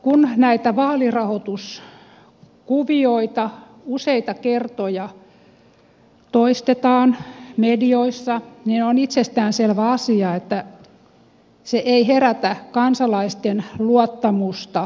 kun näitä vaalirahoituskuvioita useita kertoja toistetaan medioissa niin on itsestään selvä asia että se ei herätä kansalaisten luottamusta